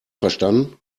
verstanden